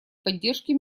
поддержки